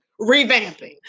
Revamping